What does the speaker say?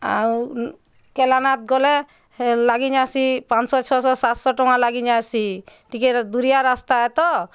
ଆଉ ଏକେଲାନାଥ ଗଲେ ଲାଗି ଯାସିଁ ପାଞ୍ଚଶହ ଛଅ ଶହ ସାତଶହ ଟଙ୍କା ଲାଗି ଯାସିଁ ଟିକେ ଦୂରିଆ ରାସ୍ତା ତ